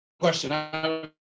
question